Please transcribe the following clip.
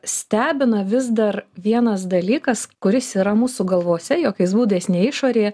stebina vis dar vienas dalykas kuris yra mūsų galvose jokiais būdais ne išorėje